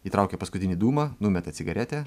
įtraukia paskutinį dūmą numeta cigaretę